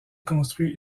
construit